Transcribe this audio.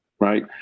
right